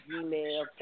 email